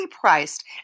priced